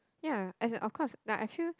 ya as in of course like I feel